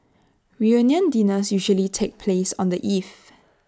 reunion dinners usually take place on the eve